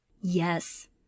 Yes